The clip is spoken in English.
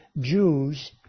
Jews